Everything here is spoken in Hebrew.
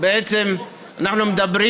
בעצם אנחנו מדברים,